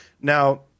now